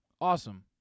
Awesome